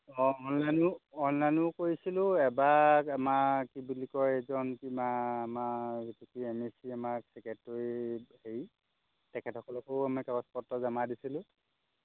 অ' অনলাইনো অনলাইনো কৰিছিলোঁ এবাৰ আমাৰ কি বুলি কয় এজন কিমান আমাৰ কি এম এ চি আমাক তেখেত হেৰি তেখেতসকলকো আমি কাগজ পত্ৰ জমা দিছিলোঁ